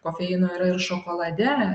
kofeino yra ir šokolade